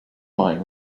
wine